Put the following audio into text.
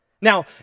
Now